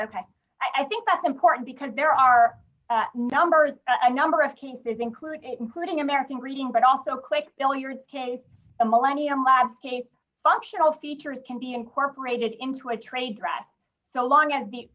ok i think that's important because there are numbers of number of cases including including american reading but also quick billiards case a millennium last case functional features can be incorporated into a trade dress so long as the